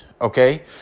Okay